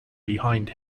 behind